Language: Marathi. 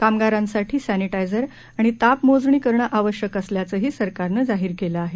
कामगारांसाठी सॅनिटायझर आणि ताप मोजणी करणं आवश्यक असल्याचंही सरकारनं जाहीर केलं आहे